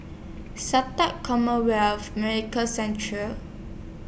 Sata Commonwealth Medical Central